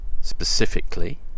specifically